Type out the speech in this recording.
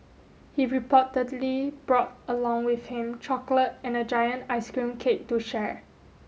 he reportedly brought along with him chocolate and a giant ice cream cake to share